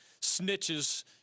snitches